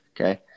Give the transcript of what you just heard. Okay